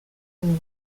hon